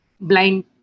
blind